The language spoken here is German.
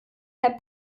herr